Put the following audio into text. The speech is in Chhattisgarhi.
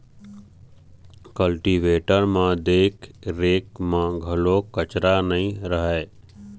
कल्टीवेटर म देख रेख म घलोक खरचा नइ रहय